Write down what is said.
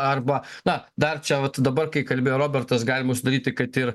arba na dar čia vat dabar kai kalbėjo robertas galima sudaryti kad ir